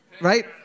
Right